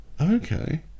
Okay